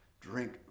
Drink